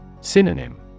Synonym